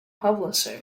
publisher